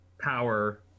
power